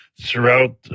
throughout